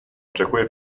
oczekuję